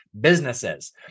businesses